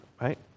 right